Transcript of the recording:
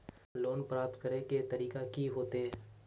Loan प्राप्त करे के तरीका की होते?